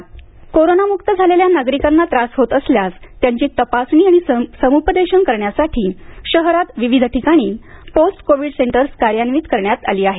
समपदेशन कोरोनामुक्त झालेल्या नागरिकांना त्रास होत असल्यास त्यांची तपासणी आणि समुपदेशन करण्यासाठी शहरात विविध ठिकाणी पोस्ट कोव्हिड सेंटर्स कार्यान्वित करण्यात आली आहेत